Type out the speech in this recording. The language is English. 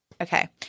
Okay